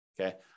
Okay